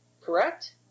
Correct